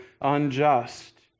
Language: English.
unjust